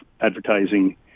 Advertising